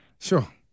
Sure